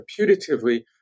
putatively